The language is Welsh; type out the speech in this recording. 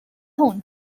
hwn